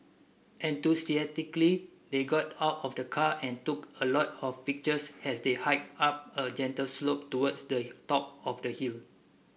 enthusiastically they got out of the car and took a lot of pictures as they hiked up a gentle slope towards the top of the hill